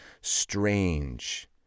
Strange